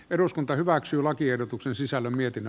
eduskunta hyväksyy lakiehdotuksen sisällä mietin